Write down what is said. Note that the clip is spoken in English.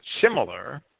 similar